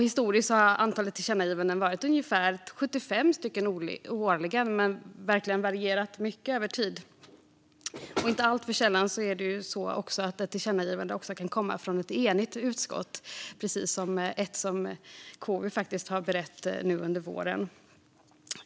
Historiskt har antalet tillkännagivanden legat på ungefär 75 per år, men det har verkligen varierat mycket över tid. Inte alltför sällan kan ett tillkännagivande dessutom komma från ett enigt utskott, precis som ett som KU faktiskt har berett nu under våren.